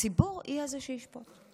הציבור יהיה זה שישפוט.